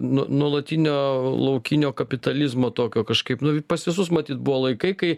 nu nuolatinio laukinio kapitalizmo tokio kažkaip nuv pas visus matyt buvo laikai kai